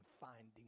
finding